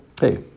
hey